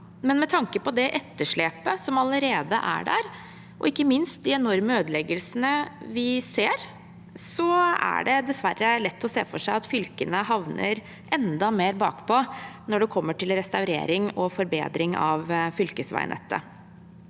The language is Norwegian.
men med tanke på det etterslepet som allerede er der, og ikke minst de enorme ødeleggelsene vi ser, er det dessverre lett å se for seg at fylkene havner enda mer bakpå når det gjelder restaurering og forbedring av fylkesveinettet.